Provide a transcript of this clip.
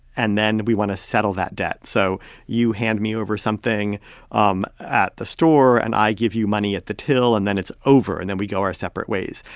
and then we want to settle that debt. so you hand me over something um at the store, and i give you money at the till. and then it's over. and then we go our separate ways.